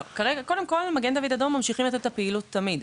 קודם כל מגן דוד אדום ממשיכים לתת את הפעילות תמיד,